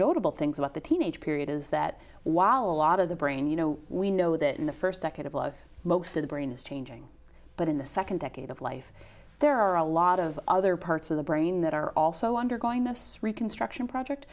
notable things about the teenage period is that while a lot of the brain you know we know that in the first decade of life most of the brain is changing but in the second decade of life there are a lot of other parts of the brain that are also undergoing this reconstruction project